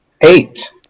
Eight